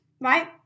right